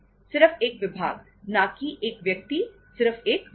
सिर्फ एक विभाग ना कि एक व्यक्ति सिर्फ एक विभाग